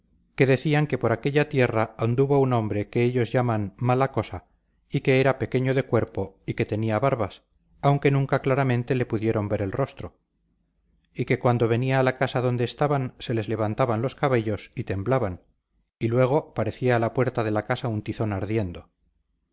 que decían que por aquella tierra anduvo un hombre que ellos llaman mala cosa y que era pequeño de cuerpo y que tenía barbas aunque nunca claramente le pudieron ver el rostro y que cuando venía a la casa donde estaban se les levantaban los cabellos y temblaban y luego parecía a la puerta de la casa un tizón ardiendo